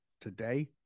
today